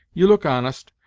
you look honest,